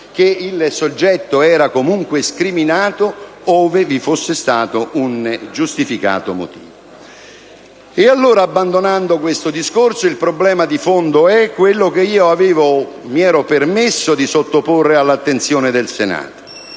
che il soggetto era comunque scriminato ove vi fosse stato un giustificato motivo. Allora, abbandonando questo discorso, il problema di fondo è quello che mi ero permesso di sottoporre all'attenzione del Senato: